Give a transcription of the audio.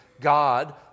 God